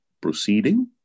proceeding